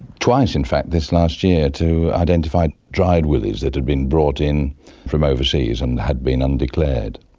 twice in fact this last year, to identify dried willies that had been brought in from overseas and had been undeclared.